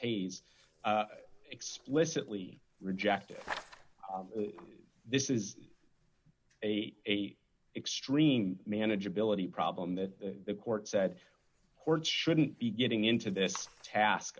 hayes explicitly rejected this is a extreme manageability problem that the court said courts shouldn't be getting into this task